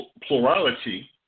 plurality